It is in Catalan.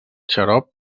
xarop